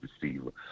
receiver